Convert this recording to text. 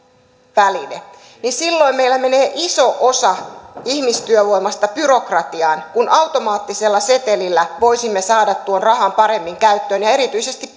väline niin silloin meillä menee iso osa ihmistyövoimasta byrokratiaan kun automaattisella setelillä voisimme saada tuon rahan paremmin käyttöön ja erityisesti